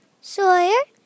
Sawyer